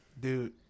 Dude